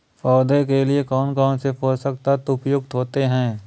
पौधे के लिए कौन कौन से पोषक तत्व उपयुक्त होते हैं?